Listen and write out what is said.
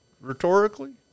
rhetorically